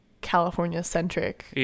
California-centric